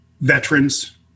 veterans